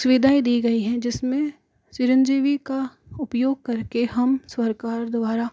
सुविधाएं दी गई हैं जिसमे चिरंजीवी का उपयोग करके हम सरकार द्वारा